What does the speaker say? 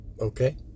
Okay